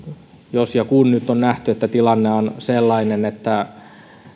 jos ja kun nyt on nähty että tilanne on sellainen että